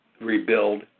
rebuild